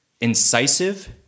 incisive